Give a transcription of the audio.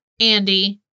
Andy